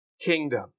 kingdom